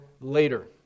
later